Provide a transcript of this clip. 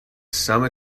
some